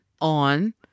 on